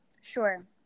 Sure